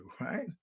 right